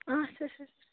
اچھا اچھا